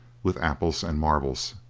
with apples and marbles,